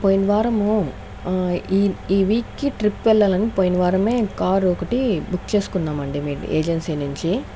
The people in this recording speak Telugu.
పోయిన వారము ఈ ఈ వీక్కి ట్రిప్ వెళ్ళాలని పోయిన వారమే కారు ఒకటి బుక్ చేసుకున్నామండి మీ ఏజెన్సీ నుంచి